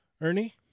Ernie